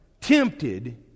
tempted